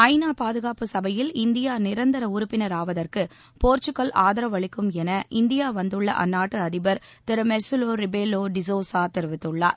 ஐநா பாதுகாப்பு சபையில் இந்தியா நிரந்தர உறுப்பினராவதற்கு போர்ச்சுகல் ஆதரவளிக்கும் என இந்தியா வந்துள்ள அந்நாட்டு அதிபர் திரு மெர்சிலு ரிபெலோ டிசோசா தெரிவித்துள்ளார்